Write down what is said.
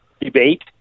debate